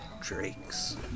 drakes